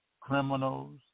criminals